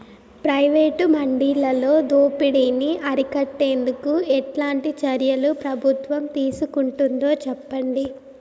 Private మండీలలో దోపిడీ ని అరికట్టేందుకు ఎట్లాంటి చర్యలు ప్రభుత్వం తీసుకుంటుందో చెప్పండి?